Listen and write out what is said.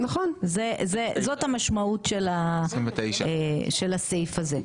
זאת המשמעות של הסעיף הזה.